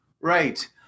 Right